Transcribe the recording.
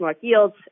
yields